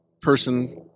person